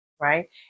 Right